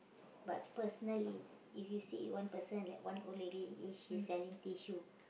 but personally if you see one person like one old lady if she's selling tissue